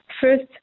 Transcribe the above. first